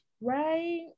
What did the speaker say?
Right